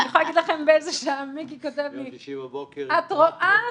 מיקי לוי כותב לי: את רואה,